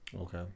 okay